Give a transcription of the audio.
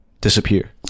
disappear